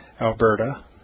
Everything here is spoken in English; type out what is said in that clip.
Alberta